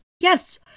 Yes